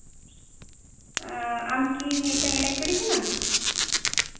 ᱟᱢ ᱠᱤ ᱢᱤᱫᱴᱟᱝ ᱮᱱᱮᱡ ᱠᱩᱲᱤ ᱠᱟᱱᱟᱢ